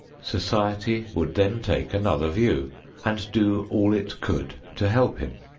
society would then take another view and do all it could to help him.